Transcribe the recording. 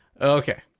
Okay